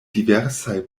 diversaj